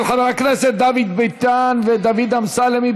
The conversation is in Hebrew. של חבר הכנסת דוד ביטן ודוד אמסלם.